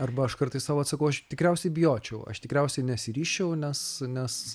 arba aš kartais sau atsakau aš tikriausiai bijočiau aš tikriausiai nesiryžčiau nes nes